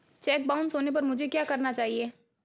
Check bounce होने पर मुझे क्या करना चाहिए?